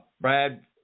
brad